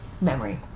memory